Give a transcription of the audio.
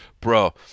bro